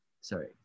Sorry